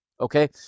Okay